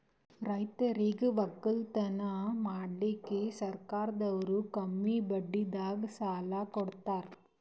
ರೈತರಿಗ್ ವಕ್ಕಲತನ್ ಮಾಡಕ್ಕ್ ಸರ್ಕಾರದವ್ರು ಕಮ್ಮಿ ಬಡ್ಡಿದಾಗ ಸಾಲಾ ಕೊಡ್ತಾರ್